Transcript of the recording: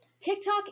TikTok